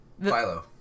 Philo